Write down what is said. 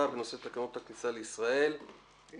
בנושא תקנות הכניסה לישראל (תיקון מס' 2),